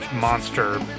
monster